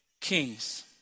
kings